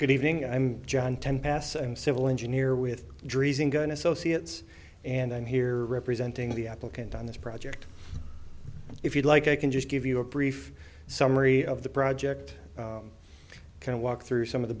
good evening i'm john ten past and civil engineer with dreesen gun associates and i'm here representing the applicant on this project if you'd like i can just give you a brief summary of the project can walk through some of the